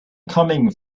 coming